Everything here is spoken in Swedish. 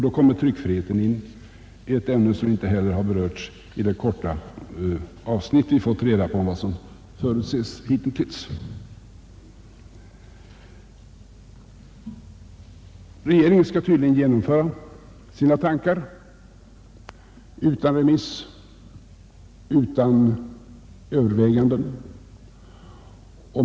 Då kommer tryckfriheten in i bilden — ett ämne som inte heller har berörts i det korta avsnitt där vi fått reda på vad som hitintills förutses. Regeringen skall tydligen genomföra sina avsikter utan remiss, utan överväganden.